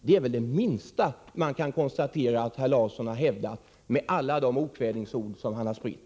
Det är väl det minsta man kan konstatera att herr Larsson har hävdat med alla de okvädningsord som han har spritt.